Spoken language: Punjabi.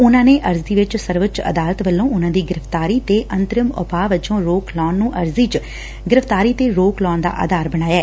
ਉਨਾਂ ਨੇ ਅਰਜ਼ੀ ਚ ਸਰਵਉੱਚ ਅਦਾਲਤ ਵੱਲੋ ਉਨਾਂ ਦੀ ਗ੍ਰਿਫਤਾਰੀ ਤੇ ਅੰਤਰਿਮ ਉਪਾਅ ਵਜੋ ਰੋਕ ਲਾਉਣ ਨੂੰ ਅਰਜ਼ੀ 'ਚ ਗ੍ਰਿਫ਼ਤਾਰੀ 'ਤੇ ਰੋਕ ਲਾਉਣ ਦਾ ਆਧਾਰ ਬਣਾਇਐ